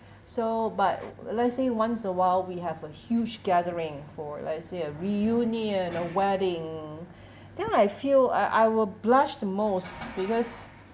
so but let's say once a while we have a huge gathering for let's say a reunion or wedding then I feel I I will blush the most because